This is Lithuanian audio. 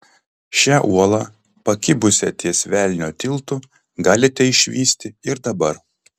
šią uolą pakibusią ties velnio tiltu galite išvysti ir dabar